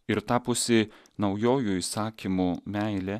ir tapusi naujuoju įsakymu meilė